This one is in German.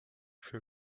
für